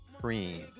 Cream